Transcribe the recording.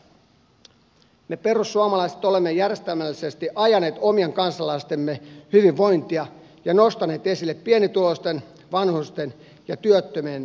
lopuksi vielä että me perussuomalaiset olemme järjestelmällisesti ajaneet omien kansalaistemme hyvinvointia ja nostaneet esille pienituloisten vanhusten ja työttömien asiaa